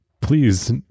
please